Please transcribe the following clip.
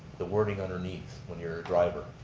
the wording underneath when you're a driver.